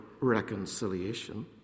reconciliation